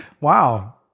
Wow